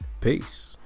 Peace